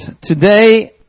today